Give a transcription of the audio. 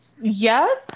yes